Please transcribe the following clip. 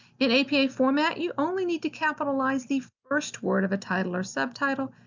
in apa format you only need to capitalize the first word of a title or subtitle.